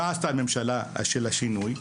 מה עשתה ממשלת השינוי?